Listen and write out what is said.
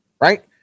Right